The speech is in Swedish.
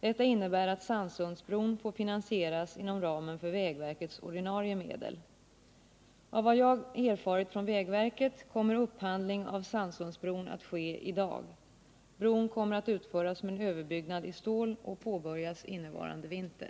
Detta innebär att Sannsundsbron får finansieras inom ramen för vägverkets ordinarie medel. Av vad jag erfarit från vägverket kommer upphandling av Sannsundsbron att ske i dag. Bron kommer att utföras med en överbyggnad i stål och påbörjas innevarande vinter.